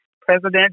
President